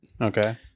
Okay